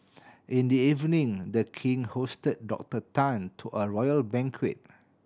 in the evening The King hosted Doctor Tan to a royal banquet